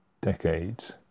decades